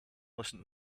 listen